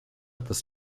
etwas